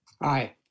Aye